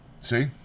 See